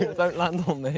don't land on